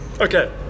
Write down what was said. Okay